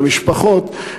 למשפחות,